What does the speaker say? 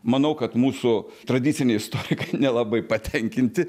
manau kad mūsų tradiciniai istorikai nelabai patenkinti